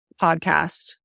podcast